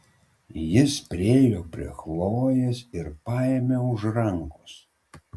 jis priėjo prie chlojės ir paėmė už rankos